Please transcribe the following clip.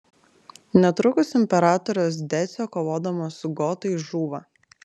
netrukus imperatorius decio kovodamas su gotais žūva